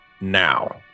now